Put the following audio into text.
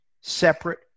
separate